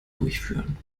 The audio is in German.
durchführen